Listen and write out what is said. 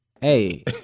Hey